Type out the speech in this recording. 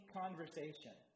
conversation